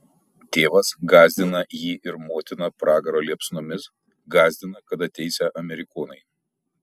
tėvas gąsdina jį ir motiną pragaro liepsnomis gąsdina kad ateisią amerikonai